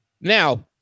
Now